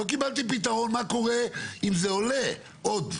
לא קיבלתי פתרון מה קורה אם עולה עוד.